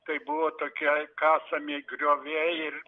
tai buvo tokie kasami grioviai ir